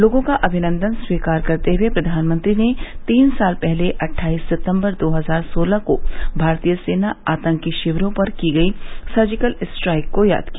लोगों का अभिनन्द स्वीकार करते हए प्रधानमंत्री ने तीन साल पहले अटठाईस सितम्बर दो हजार सोलह को भारतीय सेना आतंकी शिविरो पर की गयी सर्जिकल स्ट्राइक को याद किया